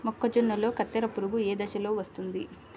మొక్కజొన్నలో కత్తెర పురుగు ఏ దశలో వస్తుంది?